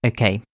Okay